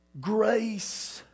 Grace